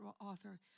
author